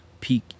peak